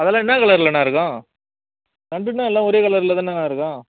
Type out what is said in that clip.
அதெல்லாம் என்ன கலரில்ண்ணா இருக்கும் நண்டுன்னால் எல்லாம் ஒரே கலரில்தானண்ணா இருக்கும்